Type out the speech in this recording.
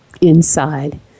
inside